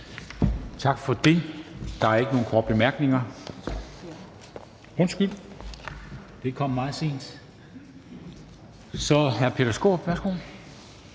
Tak for det. Der er ikke nogen korte bemærkninger. Undskyld, der kom en meget sent. Hr. Peter Skaarup, værsgo.